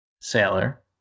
Sailor